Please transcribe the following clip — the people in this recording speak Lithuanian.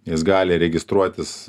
jis gali registruotis